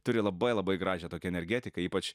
turi labai labai gražią tokią energetiką ypač